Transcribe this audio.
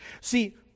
See